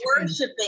worshiping